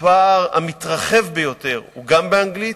הפער המתרחב ביותר הוא גם באנגלית,